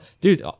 Dude